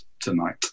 tonight